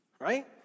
right